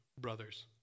brothers